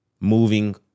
moving